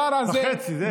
לא, אתה סיימת מזמן, אדוני.